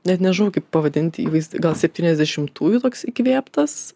net nežinau kaip pavadinti įvaizdį gal septyniasdešimtųjų toks įkvėptas